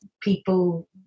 people